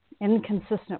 inconsistent